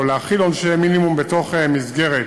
או להחיל עונשי מינימום בתוך מסגרת